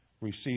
receive